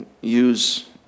use